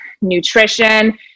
nutrition